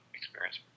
experience